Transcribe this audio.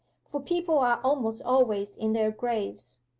for people are almost always in their graves.